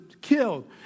killed